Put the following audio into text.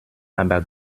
aber